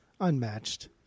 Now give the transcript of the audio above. unmatched